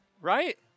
right